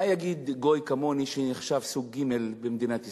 מה יגיד גוי כמוני, שנחשב סוג ג' במדינת ישראל?